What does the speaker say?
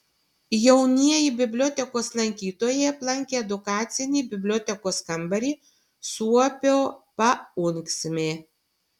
jaunieji bibliotekos lankytojai aplankė edukacinį bibliotekos kambarį suopio paunksmė